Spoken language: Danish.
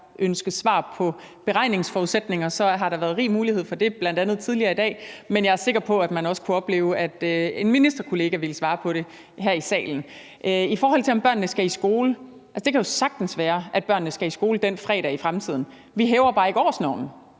ønskes svar på beregningsforudsætninger, har der været rig mulighed for det, bl.a. tidligere i dag, men jeg er sikker på, at man også kunne opleve, at en ministerkollega ville svare på det her i salen. I forhold til om børnene skal i skole, kan det sagtens være, at børnene skal i skole den fredag i fremtiden. Vi hæver bare ikke årsnormen,